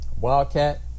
Wildcat